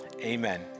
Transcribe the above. amen